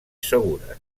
segures